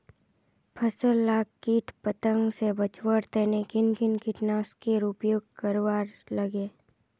फसल लाक किट पतंग से बचवार तने किन किन कीटनाशकेर उपयोग करवार लगे?